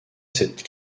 cette